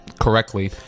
correctly